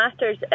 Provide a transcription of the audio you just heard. matters